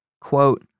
quote